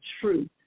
truth